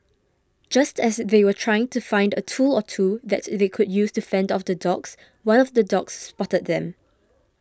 just as they were trying to find a tool or two that they could use to fend off the dogs one of the dogs spotted them